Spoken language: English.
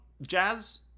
Jazz